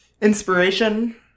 inspiration